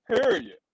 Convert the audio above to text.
period